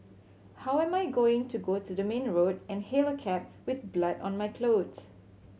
how am I going to go to the main road and hail a cab with blood on my clothes